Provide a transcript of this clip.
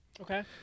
Okay